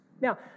Now